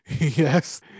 Yes